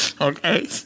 okay